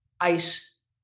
Ice